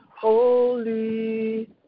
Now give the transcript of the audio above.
holy